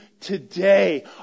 today